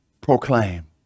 proclaim